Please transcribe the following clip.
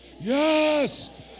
yes